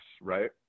right